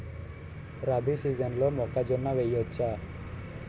రబీ సీజన్లో మొక్కజొన్న వెయ్యచ్చా?